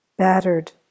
battered